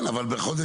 אבל אתה טועה.